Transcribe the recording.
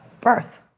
birth